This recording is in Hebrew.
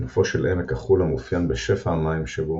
נופו של עמק החולה מאופיין בשפע המים שבו,